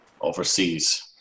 overseas